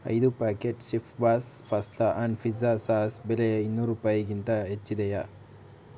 ಐದು ಪ್ಯಾಕೆಟ್ ಚೆಫ್ಬಾಸ್ pasta and pizza sauce ಬೆಲೆ ಇನ್ನೂರು ರೂಪಾಯಿಗಿಂತ ಹೆಚ್ಚಿದೆಯಾ